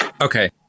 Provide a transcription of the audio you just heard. Okay